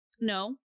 No